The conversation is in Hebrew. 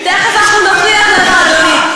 ודאי שלא.